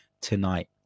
tonight